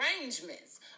arrangements